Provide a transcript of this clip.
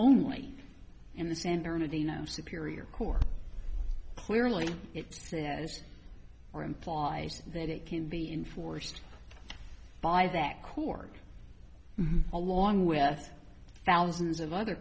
only in the san bernardino superior court clearly it is or implies that it can be enforced by that core along with thousands of other